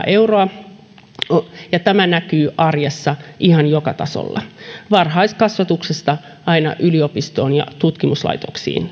euroa ja tämä näkyy arjessa ihan joka tasolla varhaiskasvatuksesta aina yliopistoon ja tutkimuslaitoksiin